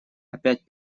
опять